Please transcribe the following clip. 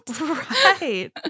Right